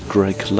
Greg